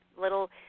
little